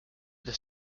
the